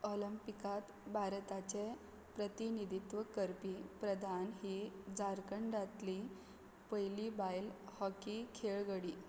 ऑलंपिकांत भारताचें प्रतिनिधित्व करपी प्रधान ही झारखंडांतली पयली बायल हॉकी खेळगडी